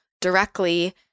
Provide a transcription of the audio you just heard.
directly